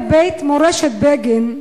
בבית מורשת בגין,